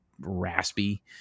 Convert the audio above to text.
raspy